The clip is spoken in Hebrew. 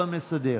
ההצבעות במסדרת.